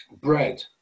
bread